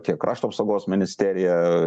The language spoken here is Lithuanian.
tiek krašto apsaugos ministerija